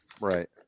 Right